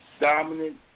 dominant